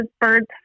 birds